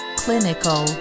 clinical